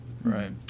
right